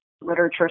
literature